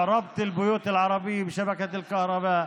שכחת את הערבית אז?